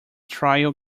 trial